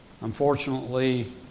Unfortunately